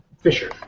Fisher